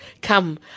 Come